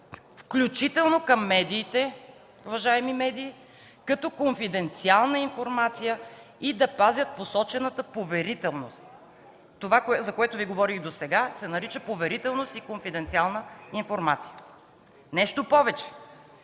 включително към медиите – уважаеми медии – като конфиденциална информация и да пазят посочената поверителност”. Това, за което Ви говорих досега, се нарича „поверителност” и „конфиденциална информация”. Нещо повече,